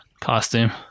costume